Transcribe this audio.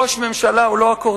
ראש ממשלה הוא לא אקורדיון,